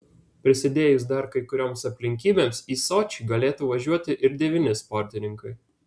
prisidėjus dar kai kurioms aplinkybėms į sočį galėtų važiuoti ir devyni sportininkai